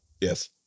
Yes